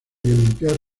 limpiar